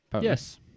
Yes